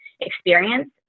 experience